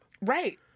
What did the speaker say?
Right